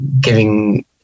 giving